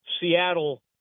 Seattle